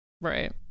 Right